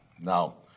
Now